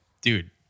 dude